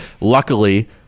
Luckily